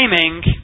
claiming